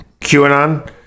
QAnon